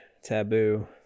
Taboo